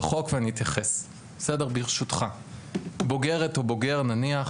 תיכף אדבר על הביקורת שמשומעת ביחס לנושא של ההכשרות,